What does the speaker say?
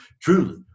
truly